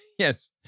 Yes